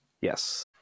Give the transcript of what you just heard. yes